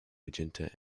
magenta